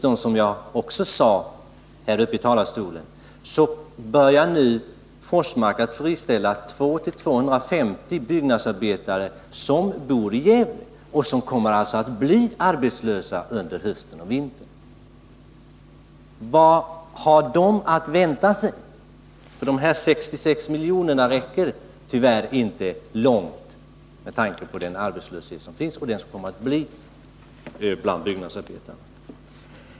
Och som jag sade här i talarstolen börjar nu Forsmark att friställa 200-250 byggnadsarbetare, som bor i Gävle och kommer att bli arbetslösa under hösten och vintern. Vad har de att vänta sig? De 66 miljonerna räcker tyvärr inte långt med tanke på den arbetslöshet som finns och som kommer att finnas bland byggnadsarbetarna.